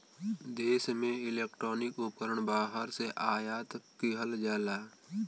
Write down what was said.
देश में इलेक्ट्रॉनिक उपकरण बाहर से आयात किहल जाला